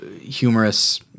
Humorous